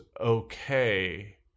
okay